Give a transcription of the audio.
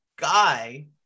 Guy